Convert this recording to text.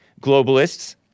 Globalists